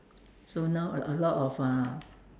so now a lot of uh